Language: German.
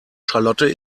charlotte